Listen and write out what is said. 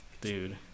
dude